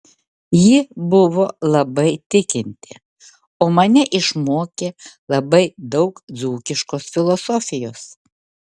ji buvo labai tikinti o mane išmokė labai daug dzūkiškos filosofijos